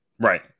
Right